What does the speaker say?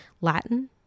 Latin